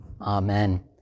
Amen